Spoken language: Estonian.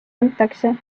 antakse